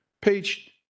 page